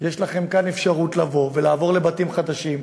יש לכם כאן אפשרות לבוא ולעבור לבתים חדשים,